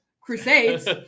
crusades